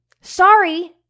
Sorry